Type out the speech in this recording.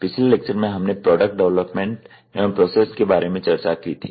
पिछले लेक्चर में हमने प्रोडक्ट डेवलपमेंट एवं प्रोसेसेस के बारे में चर्चा की थी